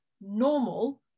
normal